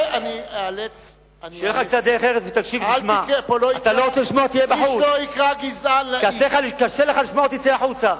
שיחזור בו הוא מהמלה "גזען".